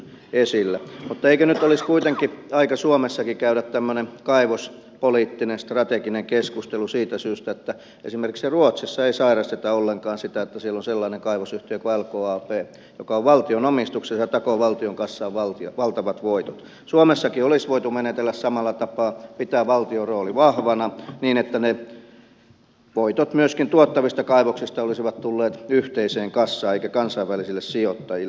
mutta eikö nyt olisi kuitenkin aika suomessakin käydä tämmöinen kaivospoliittinen strateginen keskustelu siitä syystä että esimerkiksi ruotsissa ei sairasteta ollenkaan sitä että siellä on sellainen kaivosyhtiö kuin lkab joka on valtion omistuksessa ja takoo valtion kassaan valtavat voitot ja suomessakin olisi voitu menetellä samalla tapaa pitää valtion rooli vahvana niin että myöskin ne voitot tuottavista kaivoksista olisivat tulleet yhteiseen kassaan eivätkä kansainvälisille sijoittajille